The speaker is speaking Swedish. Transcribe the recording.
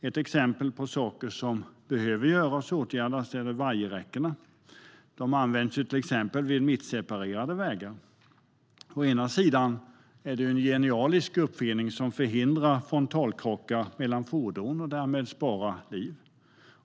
Ett exempel på saker som behöver åtgärdas är vajerräckena. De används till exempel vid mittseparerade vägar. Å ena sidan är det en genialisk uppfinning som förhindrar frontalkrockar mellan fordon och sparar därmed liv.